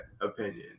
opinion